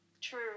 True